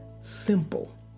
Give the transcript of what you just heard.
simple